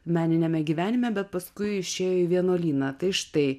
meniniame gyvenime bet paskui išėjo į vienuolyną tai štai